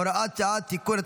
הוראת שעה) (תיקון),